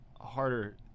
harder